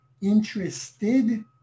interested